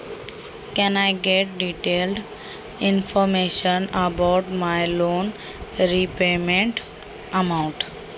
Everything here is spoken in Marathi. माझ्या कर्जाची परतफेड केलेल्या रकमेची मला सविस्तर माहिती मिळेल का?